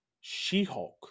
She-Hulk